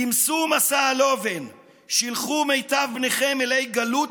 "עִמְסוּ משא הלֹּבֶן / שִׁלחו מיטב בניכם / אֱלֵי גלות